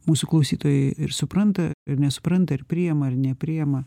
mūsų klausytojai ir supranta ir nesupranta ir priema ir nepriema